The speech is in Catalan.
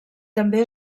també